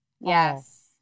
yes